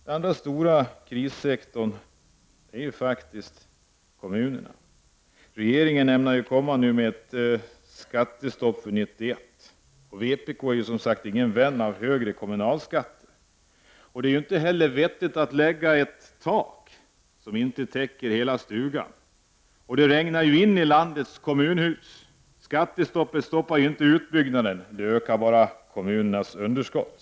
En annan stor krissektor är kommunerna. Regeringen ämnar nu komma med ett kommunalt skattestopp för 1991. Vpk är ju ingen vän av högre kommunalskatt. Men det är inte vettigt att lägga ett tak som inte täcker hela stugan — och det regnar ju in i landets kommunhus. Skattestoppet stoppar inte utbyggnaden, det ökar bara kommunernas underskott.